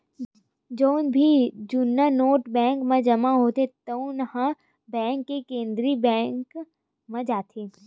जउन भी जुन्ना नोट बेंक म जमा होथे तउन ह देस के केंद्रीय बेंक म जाथे